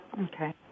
Okay